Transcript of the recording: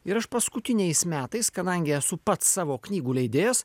ir aš paskutiniais metais kadangi esu pats savo knygų leidėjas